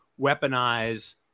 weaponize